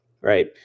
Right